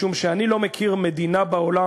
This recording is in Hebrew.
משום שאני לא מכיר מדינה בעולם,